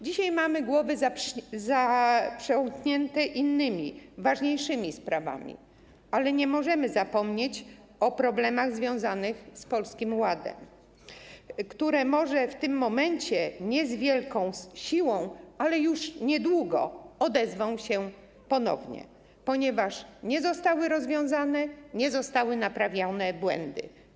Dzisiaj mamy głowy zaprzątnięte innymi, ważniejszymi sprawami, ale nie możemy zapomnieć o problemach związanych z Polskim Ładem, które może w tym momencie nie z wielką siłą, ale już niedługo odezwą się ponownie, ponieważ nie zostały rozwiązane, nie zostały naprawione błędy.